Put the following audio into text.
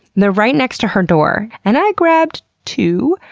they're right next to her door and i grabbed two,